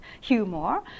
humor